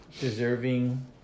deserving